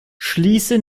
schließe